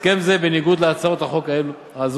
הסכם זה, בניגוד להצעות החוק האלו,